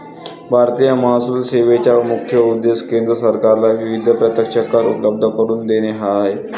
भारतीय महसूल सेवेचा मुख्य उद्देश केंद्र सरकारला विविध प्रत्यक्ष कर उपलब्ध करून देणे हा आहे